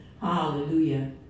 hallelujah